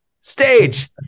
stage